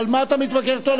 אבל מה אתה מתווכח אתו,